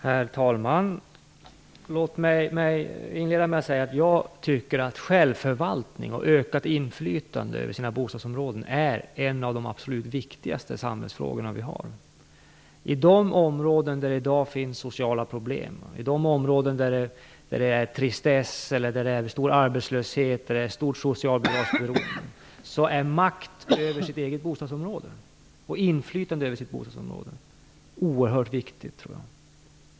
Herr talman! Låt mig inleda med att säga att jag tycker att självförvaltning och människors ökade inflytande över sitt bostadsområde är en av de absolut viktigaste samhällsfrågorna. I de områden där det i dag finns sociala problem, där det är tristess, där det är stor arbetslöshet och där socialbidragsberoendet är stort, är människors makt och inflytande över bostadsområdet oerhört viktigt.